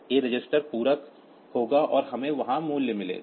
A register पूरक होगा और हमें वहां मूल्य मिलेगा